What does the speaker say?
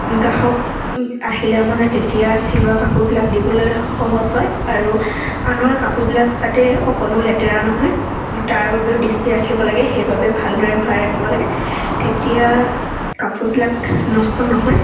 গ্ৰাহক আহিলে মানে তেতিয়া চিলোৱা কাপোৰবিলাক দিবলৈ সহজ হয় আৰু আনৰ কাপোৰবিলাক যাতে অকণো লেতেৰা নহয় তাৰ বাবেও দৃষ্টি ৰাখিব লাগে সেইবাবে ভালদৰে ভৰাই ৰাখিব লাগে তেতিয়া কাপোৰবিলাক নষ্ট নহয়